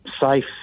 safe